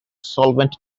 solvent